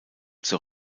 zur